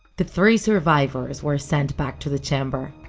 the three survivors were sent back to the chamber.